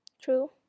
true